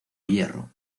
hierro